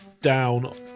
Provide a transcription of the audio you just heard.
down